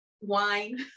wine